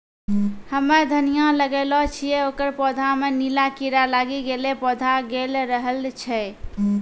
हम्मे धनिया लगैलो छियै ओकर पौधा मे नीला कीड़ा लागी गैलै पौधा गैलरहल छै?